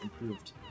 improved